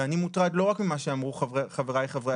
ואני מוטרד לא רק ממה שאמרו חברי חברי